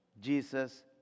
Jesus